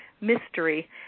mystery